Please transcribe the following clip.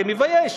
זה מבייש.